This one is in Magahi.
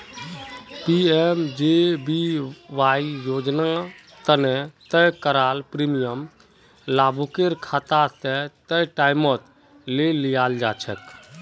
पी.एम.जे.बी.वाई योजना तने तय कराल प्रीमियम लाभुकेर खाता स तय टाइमत ले लियाल जाछेक